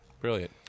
brilliant